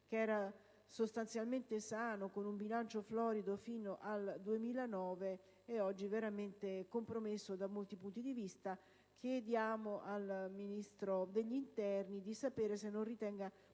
che era sostanzialmente sano, con un bilancio florido fino al 2009, è oggi veramente compromesso da molti punti di vista. Chiediamo al Ministro dell'interno se non ritenga